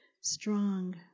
strong